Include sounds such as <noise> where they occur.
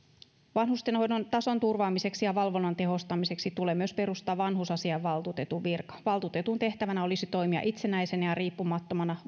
vanhustenhoidon tason turvaamiseksi ja valvonnan tehostamiseksi tulee myös perustaa vanhusasiainvaltuutetun virka valtuutetun tehtävänä olisi toimia itsenäisenä ja riippumattomana <unintelligible>